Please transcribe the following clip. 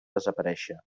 desaparèixer